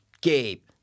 Gabe